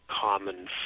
common